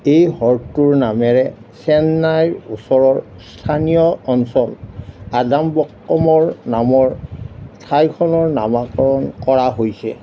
এই হ্ৰদটোৰ নামেৰে চেন্নাইৰ ওচৰৰ স্থানীয় অঞ্চল আদমবক্কমৰ নামৰ ঠাইখনৰ নামাকৰণ কৰা হৈছে